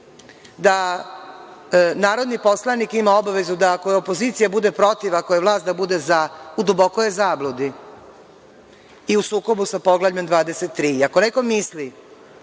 da narodni poslanik ima obavezu da ako je opozicija bude protiv, ako je vlast da bude za, u dubokoj je zabludi i u sukobu sa Poglavljem 23.Ako neko misli